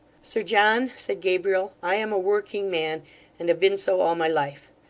sir john said gabriel, i am a working-man, and have been so, all my life.